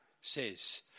says